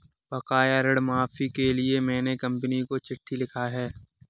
बकाया ऋण माफी के लिए मैने कंपनी को चिट्ठी लिखा है